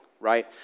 right